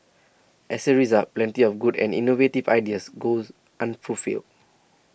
as a result plenty of good and innovative ideas goes unfulfilled